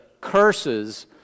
curses